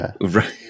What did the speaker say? Right